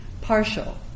partial